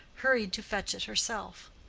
hurried to fetch it herself.